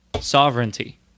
sovereignty